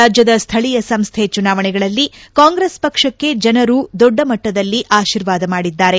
ರಾಜ್ಯದ ಸ್ಥಳೀಯ ಸಂಸ್ಥೆ ಚುನಾವಣೆಗಳಲ್ಲಿ ಕಾಂಗ್ರೆಸ್ ಪಕ್ಷಕ್ಕೆ ಜನರು ದೊಡ್ಡಮಟ್ಟದಲ್ಲಿ ಆಶೀರ್ವಾದ ಮಾಡಿದ್ದಾರೆ